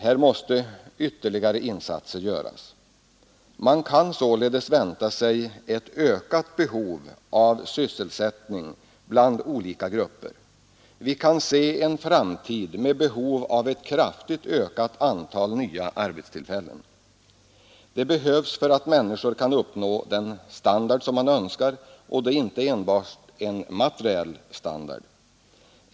Här måste ytterligare insatser göras. Man kan således vänta sig ett ökat behov av sysselsättning bland olika grupper. Vi kan se fram mot en framtid med behov av ett kraftigt ökat antal nya arbetstillfällen. Det behövs för att människor skall kunna uppnå den standard som de önskar och det är inte enbart fråga om en materiell standard.